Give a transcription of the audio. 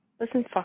Listen